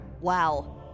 Wow